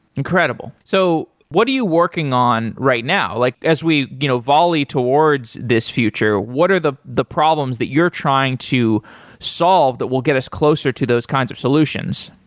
incredible. so what are you working on right now? like as we you know volley towards this future, what are the the problems that you're trying to solve that will get us closer to those kinds of solutions?